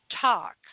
talk